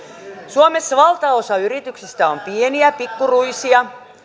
suomessa valtaosa yrityksistä on pieniä pikkuruisia